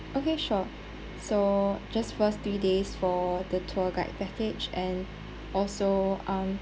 okay sure so just first three days for the tour guide package and also um